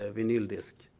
ah vinyl disc.